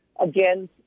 again